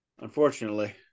Unfortunately